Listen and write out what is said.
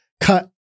cut